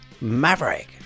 maverick